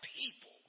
people